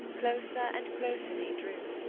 closer and closer they drew.